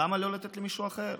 למה לא לתת למישהו אחר?